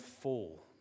fall